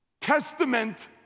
testament